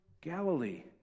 Galilee